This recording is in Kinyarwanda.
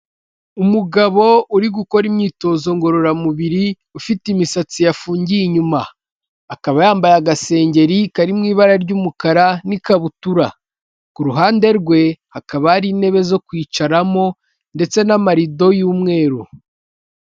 Umugabo uri gukora imyitozo ngororamubiri, ufite imisatsi yafungiye inyuma. Akaba yambaye agasengeri kari mu ibara ry'umukara n'ikabutura. Ku ruhande rwe, hakaba hari intebe zo kwicaramo ndetse n'amarido y'umweru.